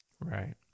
Right